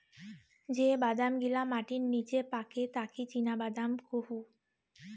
যে বাদাম গিলা মাটির নিচে পাকে তাকি চীনাবাদাম কুহু